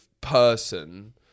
person